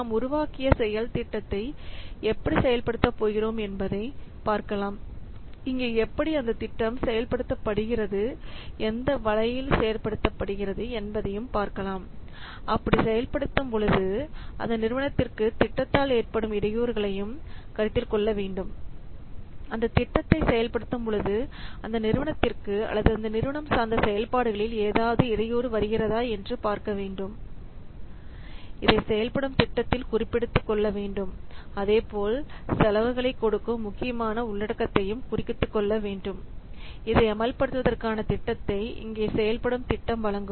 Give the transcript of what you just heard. நாம் உருவாக்கிய செயல் திட்டத்தை எப்படி செயல்படுத்தப் போகிறோம் என்பதை பார்க்கலாம் இங்கே எப்படி அந்த திட்டம் செயல்படுத்தப்படுகிறது எந்த வழியில் செயல்படுத்தப்படுகிறது என்பதை பார்க்கலாம் அப்படி செயல்படுத்தும் பொழுது அந்த நிறுவனத்திற்கு திட்டத்தால் ஏற்படும் இடையூறுகளையும் கருத்தில் கொள்ள வேண்டும் அந்த திட்டத்தை செயல்படுத்தும் பொழுது அந்த நிறுவனத்திற்கு அல்லது நிறுவனம் சார்ந்த செயல்பாடுகளில் ஏதாவது இடையூறு வருகின்றதா என்பதை பார்க்க வேண்டும் இதை செயல்படும் திட்டத்தில் குறிப்பெடுத்துக் கொள்ள வேண்டும் அதேபோல் செலவுகளை கொடுக்கும் முக்கியமான உள்ளடக்கத்தையும் குறித்துக்கொள்ள வேண்டும் இதை அமல்படுத்துவதற்கான திட்டத்தை இங்கு செயல்படும் திட்டம் வழங்கும்